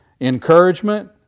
encouragement